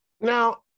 Now